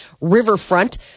riverfront